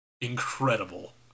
Incredible